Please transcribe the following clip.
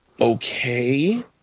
okay